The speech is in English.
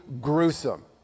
gruesome